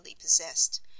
possessed